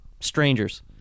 strangers